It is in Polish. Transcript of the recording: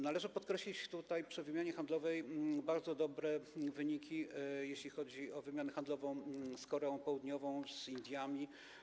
Należy podkreślić tutaj, przy wymianie handlowej, bardzo dobre wyniki, jeśli chodzi o wymianę handlową z Koreą Południową i z Indiami.